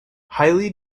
highly